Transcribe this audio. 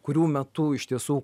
kurių metu iš tiesų